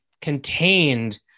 contained